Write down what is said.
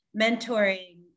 mentoring